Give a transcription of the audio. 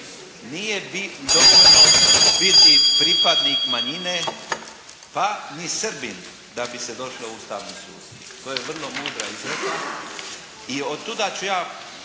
Nije dovoljno biti pripadnik manjine pa ni Srbin da bi se došlo u Ustavni sud. To je vrlo mudra izreka i od tuga ću ja